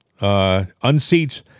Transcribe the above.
unseats